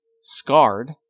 scarred